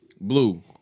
Blue